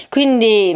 Quindi